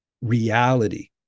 reality